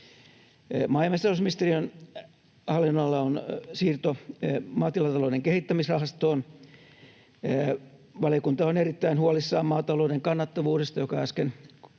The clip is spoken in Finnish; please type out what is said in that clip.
Maa‑ ja metsätalousministeriön hallinnonalalla on siirto Maatilatalouden Kehittämisrahastoon. Valiokunta on erittäin huolissaan maatalouden kannattavuudesta, joka äsken